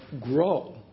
grow